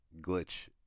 glitch